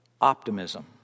optimism